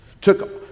Took